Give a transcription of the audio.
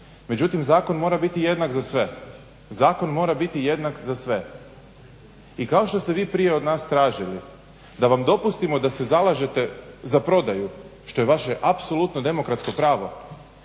Međutim zakon mora biti jednak za sve, zakon mora biti jednak za sve. I kao što ste vi prije od nas tražili da vam dopustimo da se zalažete za prodaju što je vaše apsolutno demokratsko pravo